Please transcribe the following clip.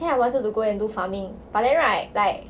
then I wanted to go and do farming but then right like